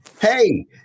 hey